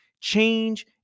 change